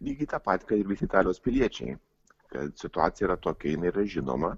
lygiai tą patį ką ir visi italijos piliečiai kad situacija yra tokia jinai yra žinoma